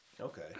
Okay